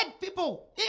people